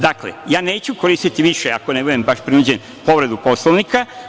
Dakle, ja neću koristiti više, ako ne budem baš prinuđen, povredu Poslovnika.